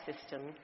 system